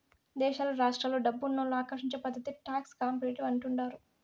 దేశాలు రాష్ట్రాలు డబ్బునోళ్ళు ఆకర్షించే పద్ధతే టాక్స్ కాంపిటీషన్ అంటుండారు